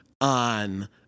on